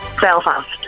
Belfast